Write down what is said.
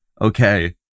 okay